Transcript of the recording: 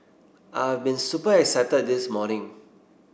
I've been super excited this morning